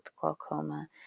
glaucoma